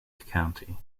county